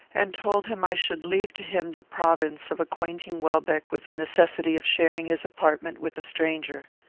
and told him i should leave to him the province of acquainting welbeck with the necessity of sharing his apartment with a stranger.